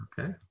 Okay